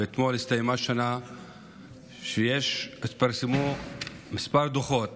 ואתמול הסתיימה שנה שלגביה התפרסמו כמה דוחות